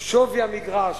שווי המגרש: